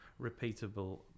repeatable